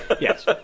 Yes